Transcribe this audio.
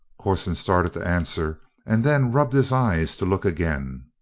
corson started to answer and then rubbed his eyes to look again.